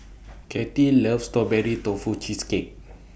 Kattie loves Strawberry Tofu Cheesecake